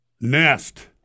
nest